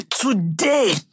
today